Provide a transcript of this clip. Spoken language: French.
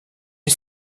les